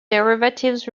derivatives